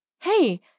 Hey